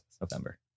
November